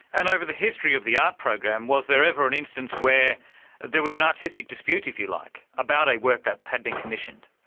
and over the history of the art program was there ever an instance where there was an artistic dispute, if you like, about a work that had been commissioned?